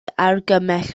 argymell